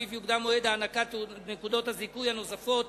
לפיו יוקדם מועד הענקת נקודות הזיכוי הנוספות